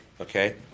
okay